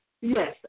Yes